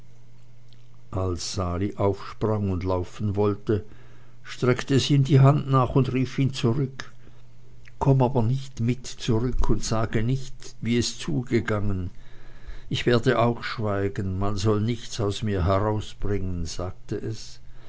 als sali aufsprang und laufen wollte streckte es ihm die hand nach und rief ihn zurück komm aber nicht mit zurück und sage nichts wie es zugegangen ich werde auch schweigen man soll nichts aus mir herausbringen sagte es